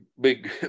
big